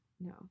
No